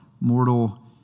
mortal